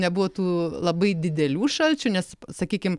nebuvo tų labai didelių šalčių nes sakykim